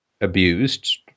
abused